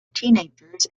teenagers